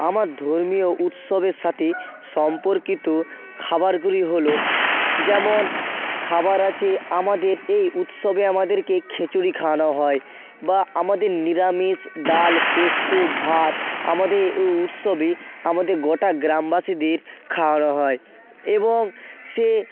আমার ধর্মীয় উৎসবের সাথে সম্পর্কিত খাবারগুলি হল যেমন খাবার আছে আমাদের এ উৎসবে আমাদেরকে খিচুড়ি খাওয়ানো হয় বা আমাদের নিরামিষ ডাল পোস্ত ভাত আমাদের এ উৎসবে আমাদের গোটা গ্রামবাসীদের খাওয়ানো হয় এবং সে